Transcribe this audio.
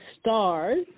STARS